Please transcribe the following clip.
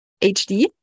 HD